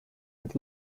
and